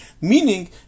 meaning